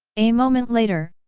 a moment later,